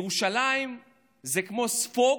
ירושלים זה כמו ספוג